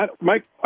Mike